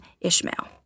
Ishmael